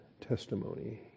testimony